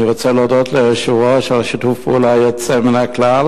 אני רוצה להודות ליושב-ראש על שיתוף פעולה יוצא מן הכלל